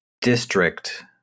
district